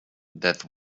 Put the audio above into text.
that